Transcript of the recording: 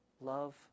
love